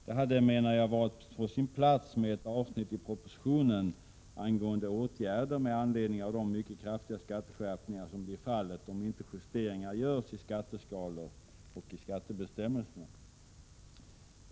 Det hade, menar jag, varit på sin plats med ett avsnitt i propositionen angående åtgärder med anledning av de mycket kraftiga skatteskärpningar som blir fallet, om inte justeringar görs iskatteskalorna och i skattebestämmelserna.